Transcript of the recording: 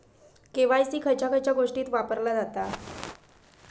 KYC खयच्या खयच्या गोष्टीत वापरला जाता?